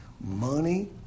money